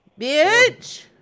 Bitch